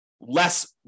less